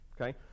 okay